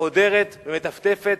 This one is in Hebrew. שחודרת ומטפטפת